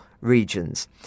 regions